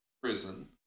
prison